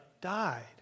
died